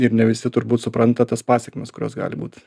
ir ne visi turbūt supranta tas pasekmes kurios gali būt